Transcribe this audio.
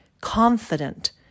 confident